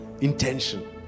intention